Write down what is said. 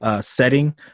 setting